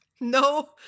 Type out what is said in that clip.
no